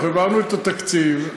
אנחנו העברנו את התקציב.